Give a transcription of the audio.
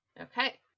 Okay